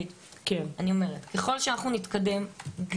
אני אומרת, ככל